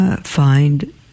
find